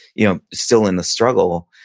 you know still in the struggle.